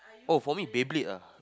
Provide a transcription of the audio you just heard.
oh for me ah